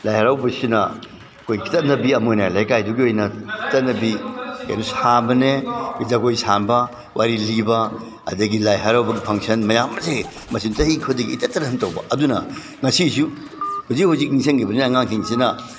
ꯂꯥꯏ ꯍꯔꯥꯎꯕꯁꯤꯅ ꯑꯩꯈꯣꯏ ꯆꯠꯅꯕꯤ ꯑꯃ ꯑꯣꯏꯅ ꯂꯩꯀꯥꯏꯗꯨꯒꯤ ꯑꯣꯏꯅ ꯆꯠꯅꯕꯤ ꯑꯗꯨ ꯁꯥꯕꯅꯦ ꯖꯒꯣꯏ ꯁꯥꯕ ꯋꯥꯔꯤ ꯂꯤꯕ ꯑꯗꯒꯤ ꯂꯥꯏ ꯍꯔꯥꯎꯕ ꯐꯪꯁꯟ ꯃꯌꯥꯝ ꯃꯁꯦ ꯃꯁꯤꯅ ꯆꯍꯤ ꯈꯨꯗꯤꯡꯒꯤ ꯇꯠꯇꯅ ꯁꯨꯝ ꯇꯧꯕ ꯑꯗꯨꯅ ꯉꯁꯤꯁꯨ ꯍꯧꯖꯤꯛ ꯍꯧꯖꯤꯛ ꯅꯤꯡꯁꯪꯒꯤꯕꯁꯤꯅ ꯑꯉꯥꯡꯁꯤꯡꯁꯤꯅ